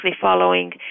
following